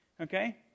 Okay